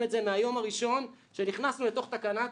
את זה מהיום הראשון שנכנסנו לתוך תקנת